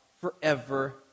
forever